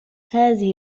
هذه